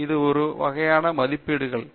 இது ஒரு வகையான மதிப்பீடுதான்